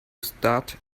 start